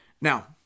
Now